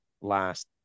last